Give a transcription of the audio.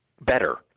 better